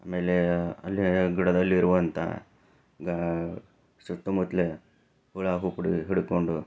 ಆಮೇಲೆ ಅಲ್ಲೇ ಗಿಡದಲ್ಲಿರುವಂಥ ಸುತ್ತಮುತ್ತಲ ಹುಳ ಹುಪ್ಪಡಿ ಹಿಡ್ಕೊಂಡು